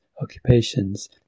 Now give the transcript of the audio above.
occupations